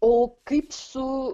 o kaip su